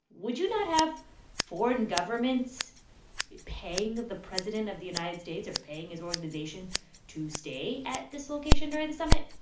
would you not have foreign governments paying the president of the united states or paying his organization to stay at this location during the summit?